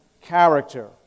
character